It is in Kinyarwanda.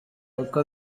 uko